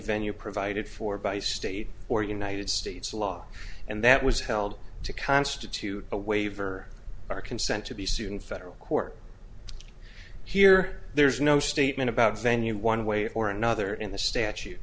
venue provided for by state or united states law and that was held to constitute a waiver or consent to be sued in federal court here there's no statement about venue one way or another in the statu